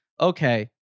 okay